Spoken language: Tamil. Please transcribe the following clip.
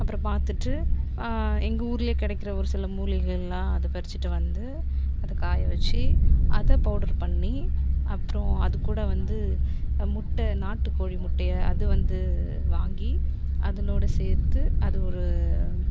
அப்புறம் பார்த்துட்டு எங்கள் ஊர்லேயே கிடைக்கிற ஒரு சில மூலிகைகலாம் அது பறிச்சுட்டு வந்து அதை காயை வச்சு அத பவுடர் பண்ணி அப்புறம் அதுகூட வந்து முட்டை நாட்டுக்கோழி முட்டைய அது வந்து வாங்கி அதனோடய சேர்த்து அது ஒரு